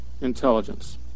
intelligence